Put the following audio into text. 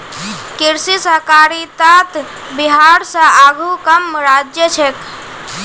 कृषि सहकारितात बिहार स आघु कम राज्य छेक